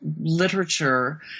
literature